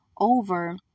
over